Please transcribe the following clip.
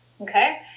okay